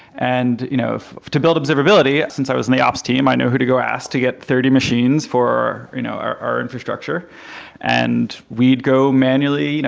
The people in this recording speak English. and you know to build observability, since i was in the ops team, i know who to go ask to get thirty machines for you know our infrastructure and we'd go manually. you know